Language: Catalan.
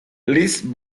liszt